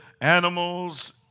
animals